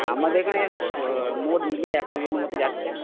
হ্যাঁ আমাদের এখানে মোট মিলিয়ে একশো জন মতো যাচ্ছে